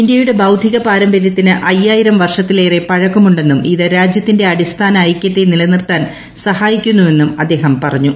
ഇന്ത്യയുടെ ബൌദ്ദ്ചിക പാരമ്പരൃത്തിന് അയ്യായിരം വർഷത്തിലേറെ പഴക്കമുണ്ട്ടെന്നും ഇത് രാജൃത്തിന്റെ അടിസ്ഥാന ഐകൃത്തെ നിലനിർത്താൻ ് സഹായിക്കുന്നുവെന്നും അദ്ദേഹം പറഞ്ഞു